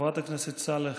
חברת הכנסת סאלח,